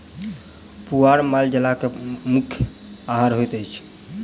पुआर माल जालक मुख्य आहार होइत अछि